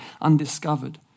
undiscovered